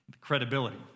credibility